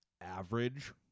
average